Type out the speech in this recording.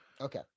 Okay